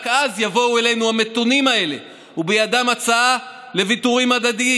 רק אז יבואו אלינו המתונים האלה ובידם הצעה לוויתורים הדדיים: